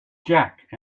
jack